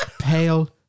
Pale